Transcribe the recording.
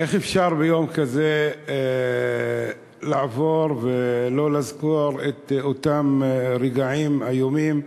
איך אפשר ביום כזה לעבור ולא לזכור את אותם רגעים איומים,